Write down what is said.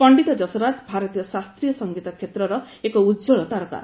ପଣ୍ଡିତ ଯଶରାଜ ଭାରତୀୟ ଶାସ୍ତ୍ରୀୟ ସଂଗୀତ କ୍ଷେତ୍ରର ଏକ ଉଜ୍ଜଳ ତାରକା